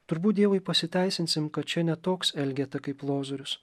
turbūt dievui pasiteisinsim kad čia ne toks elgeta kaip lozorius